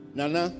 Nana